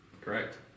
Correct